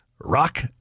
rock